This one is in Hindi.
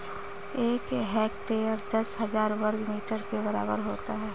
एक हेक्टेयर दस हज़ार वर्ग मीटर के बराबर होता है